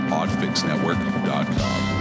Podfixnetwork.com